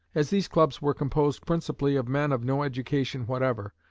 as these clubs were composed principally of men of no education whatever,